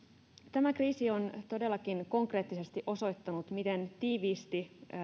tämä kriisi on todellakin konkreettisesti osoittanut miten tiiviisti